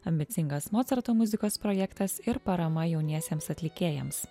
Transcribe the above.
ambicingas mocarto muzikos projektas ir parama jauniesiems atlikėjams